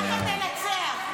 סימון דוידסון (יש עתיד): זה נאום ביחד ננצח.